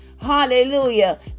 Hallelujah